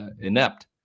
inept